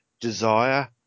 desire